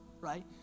right